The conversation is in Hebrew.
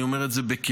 אני אומר את זה בכאב,